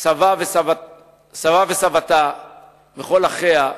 סבה וסבתה וכל אחיה,